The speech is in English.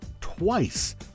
twice